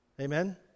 Amen